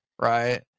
right